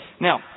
Now